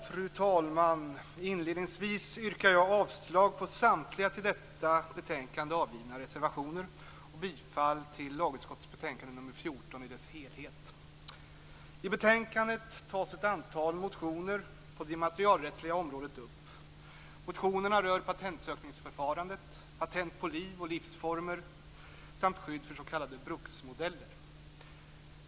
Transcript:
Fru talman! Inledningsvis yrkar jag avslag på samtliga till detta betänkande avgivna reservationer och bifall till hemställan i dess helhet i lagutskottets betänkande nr 14. I betänkandet tas ett antal motioner inom det immaterialrättsliga området upp. Motionerna rör patentsökningsförfarandet, patent på liv och livsformer samt skydd för s.k. bruksmodeller.